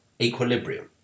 Equilibrium